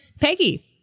Peggy